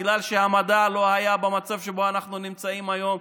בגלל שהמדע לא היה במצב שבו אנחנו נמצאים היום,